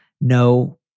no